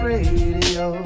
Radio